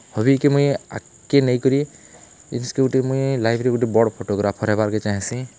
ହବିକେ ମୁଇଁ ଆଗ୍କେ ନେଇକରି ଇ ଜିନିଷ୍କେ ଗୁଟେ ମୁଇଁ ଲାଇଫ୍ରେ ଗୁଟେ ବଡ଼୍ ଫଟୋଗ୍ରାଫର୍ ହେବାର୍କେ ଚାହେଁସି